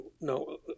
no